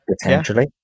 Potentially